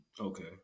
Okay